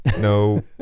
no